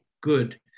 good